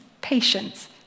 patience